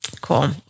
Cool